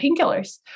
painkillers